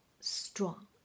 strong